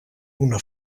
una